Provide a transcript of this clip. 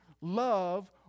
Love